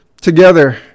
Together